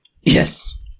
Yes